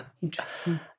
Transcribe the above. Interesting